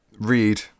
Read